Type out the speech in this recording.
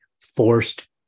forced